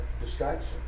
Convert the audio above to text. distraction